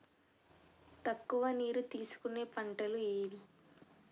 తక్కువ నీరు తీసుకునే పంటలు ఏవి?